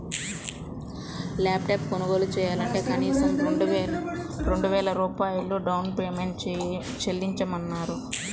lap top కొనుగోలు చెయ్యాలంటే కనీసం రెండు వేల రూపాయలు డౌన్ పేమెంట్ చెల్లించమన్నారు